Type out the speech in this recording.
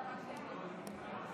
הצעת החוק שמועלית בפניכם היום היא בעצם